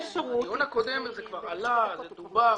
בדיון הקודם זה כבר עלה, זה כבר דובר.